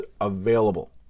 available